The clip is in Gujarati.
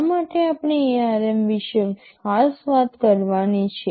શા માટે આપણે ARM વિશે ખાસ વાત કરવાની છે